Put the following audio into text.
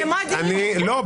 לא.